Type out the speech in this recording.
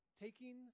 Taking